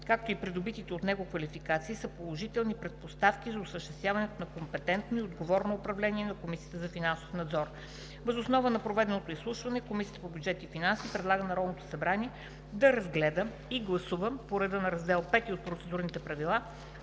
както и придобитите от него квалификации, са положителни предпоставки за осъществяването на компетентно и отговорно управление на Комисията за финансов надзор. Въз основа на проведеното изслушване Комисията по бюджет и финанси предлага на Народното събрание да разгледа и гласува по реда на Раздел V от Процедурните правила